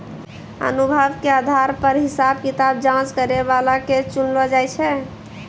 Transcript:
अनुभव के आधार पर हिसाब किताब जांच करै बला के चुनलो जाय छै